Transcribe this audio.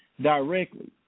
directly